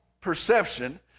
perception